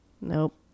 nope